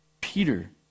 Peter